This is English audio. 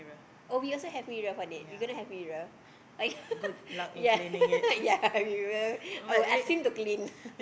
oh we also we have mirror for that we going to have mirror oh yea yea yea we will I will ask him to clean